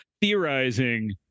theorizing